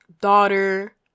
daughter